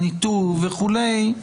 הניטור וכולי.